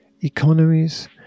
Economies